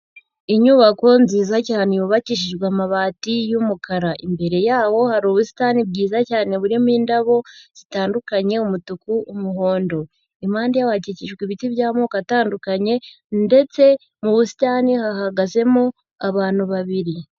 Inyubako nziza cyane yubakishijwe amabati y'umukara. Imbere yawo hari ubusitani bwiza cyane burimo indabo zitandukanye. Umutuku, umuhondo. Impande hakikijwe ibiti by'amoko atandukanye, ndetse mu busitani hahagazemo abantu babiri.